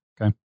Okay